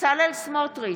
בצלאל סמוטריץ'